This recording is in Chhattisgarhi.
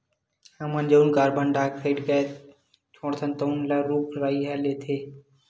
हमन जउन कारबन डाईऑक्साइड ऑक्साइड गैस छोड़थन तउन ल रूख राई ह ले लेथे